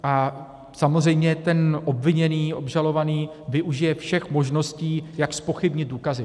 A samozřejmě ten obviněný, obžalovaný využije všech možností jak zpochybnit důkazy.